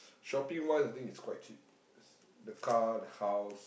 shopping wise I think it's quite cheap the car the house